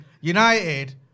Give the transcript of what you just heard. United